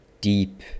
deep